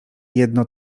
jedno